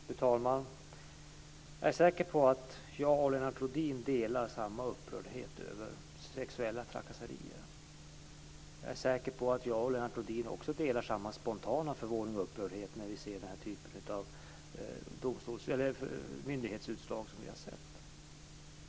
Fru talman! Jag är säker på att jag och Lennart Rohdin delar samma upprördhet över sexuella trakasserier. Jag är säker på att jag och Lennart Rohdin också delar samma spontana förvåning och upprördhet när vi ser denna typ av myndighetsutslag.